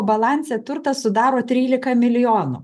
balanse turtą sudaro trylika milijonų